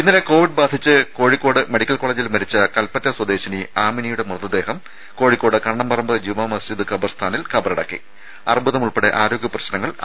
ഇന്നലെ കോവിഡ് ബാധിച്ച് കോഴിക്കോട് മെഡിക്കൽ കോളേജിൽ മരിച്ച കൽപ്പറ്റ സ്വദേശിനി ആമിനയുടെ മൃതദേഹം കോഴിക്കോട് കണ്ണംപറമ്പ് ജുമാ മസ്ജിദ് കബർസ്ഥാനിൽ അർബുദമുൾപ്പെടെ ആരോഗ്യ പ്രശ്നങ്ങൾ കബറടക്കി